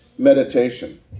Meditation